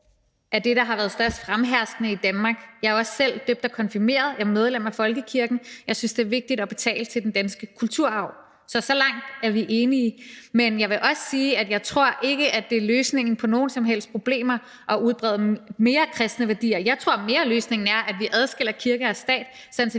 kristne tro er det, der har været mest fremherskende i Danmark. Jeg er også selv døbt og konfirmeret, og jeg er medlem af folkekirken; jeg synes, det er vigtigt at betale til den danske kulturarv. Så så langt er vi enige. Men jeg vil også sige, at jeg ikke tror, at det er løsningen på noget som helst problem at udbrede kristne værdier mere. Jeg tror mere, løsningen er, at vi adskiller kirke og stat, så vi